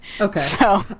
okay